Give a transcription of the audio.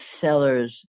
seller's